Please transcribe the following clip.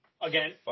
again